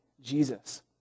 Jesus